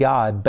God